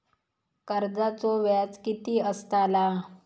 कर्जाचो व्याज कीती असताला?